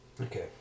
Okay